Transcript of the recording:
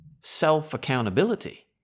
self-accountability